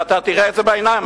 ואתה תראה את זה בעיניים,